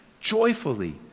joyfully